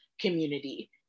community